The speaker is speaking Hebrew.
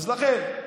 לכן,